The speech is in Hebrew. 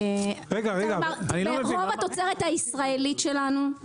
רוב התוצרת הישראלית שלנו,